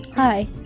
Hi